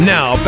Now